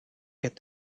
get